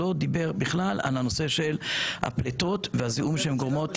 הוא לא דיבר בכלל על הנושא של הפליטות והזיהום שהן גורמות לסביבה.